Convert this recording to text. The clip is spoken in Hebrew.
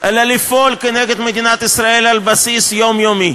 אלא לפעול כנגד מדינת ישראל על בסיס יומיומי